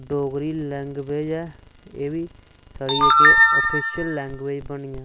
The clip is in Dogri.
डोगरी लैंग्वेज ऐ एह् बी स्हाड़ी आफिशियल लैंग्वेज बनी जा